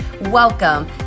Welcome